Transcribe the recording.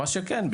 מה שכן,